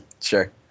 Sure